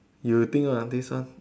you think on this one